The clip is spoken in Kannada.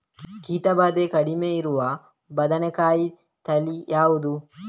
ಕೀಟ ಭಾದೆ ಕಡಿಮೆ ಇರುವ ಬದನೆಕಾಯಿ ತಳಿ ಯಾವುದು?